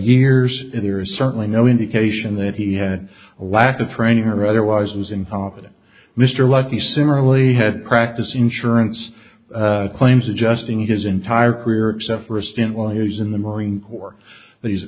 years and there is certainly no indication that he had a lack of training or otherwise was incompetent mr lucky similarly had practice insurance claims adjusting his entire career except for a stint while he's in the marine corps but he's a